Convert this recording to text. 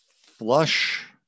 Flush